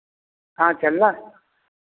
हाँ चलना